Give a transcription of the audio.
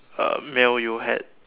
uh meal you had